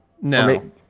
No